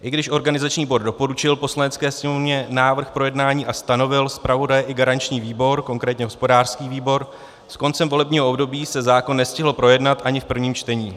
I když organizační výbor doporučil Poslanecké sněmovně návrh k projednání a stanovil zpravodaje i garanční výbor, konkrétně hospodářský výbor, s koncem volebního období se zákon nestihl projednat ani v prvním čtení.